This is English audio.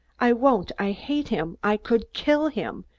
i won't! i hate him! i could kill him!